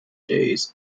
days